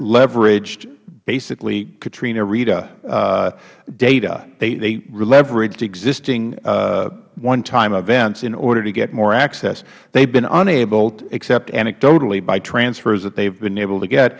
leveraged basically katrina rita data they leveraged existing one time events in order to get more access they have been unable except anecdotally by transfers that they have been able to get